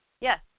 yes